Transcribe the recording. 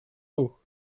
ruch